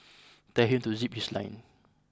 tell him to zip his lip